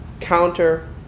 counter